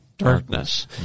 darkness